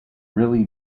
really